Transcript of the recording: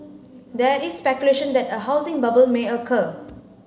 there is speculation that a housing bubble may occur